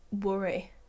worry